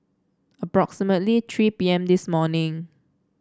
approximately three P M this morning